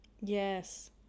Yes